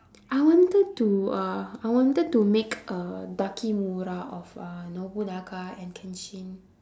I wanted to uh I wanted to make a dakimakura of uh nobunaga and kenshin